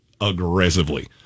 aggressively